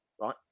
right